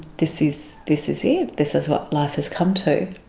this is this is it, this is what life has come to.